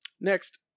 Next